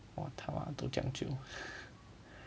!wah! 他都这样久